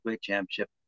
championship